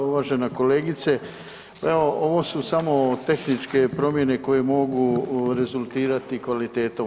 Uvažena kolegice, pa evo ovo su samo tehničke promijene koje mogu rezultirati kvalitetom.